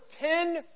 ten